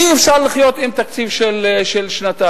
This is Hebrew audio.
אי-אפשר לחיות עם תקציב של שנתיים.